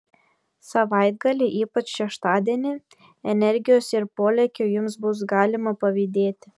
savaitgalį ypač šeštadienį energijos ir polėkio jums bus galima pavydėti